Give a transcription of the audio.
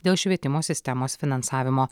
dėl švietimo sistemos finansavimo